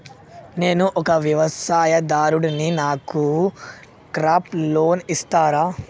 నేను ఒక వ్యవసాయదారుడిని నాకు క్రాప్ లోన్ ఇస్తారా?